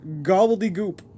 gobbledygook